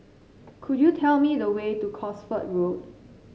could you tell me the way to Cosford Road